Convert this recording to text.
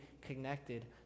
connected